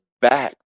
back